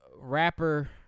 rapper